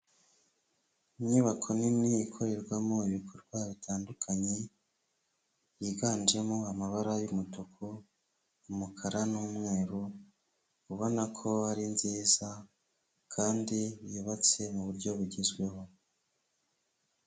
Inyubako nini ikorerwamo ibikorwa bitandukanye yiganjemo amabara y'umutuku, umukara n'umweru. Ubona ko ari nziza kandi yubatse mu buryo bugezweho.